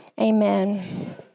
Amen